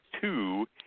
Two